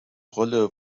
rolle